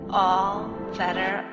all-better